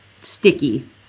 sticky